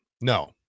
no